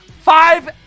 Five